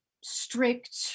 strict